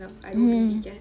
mm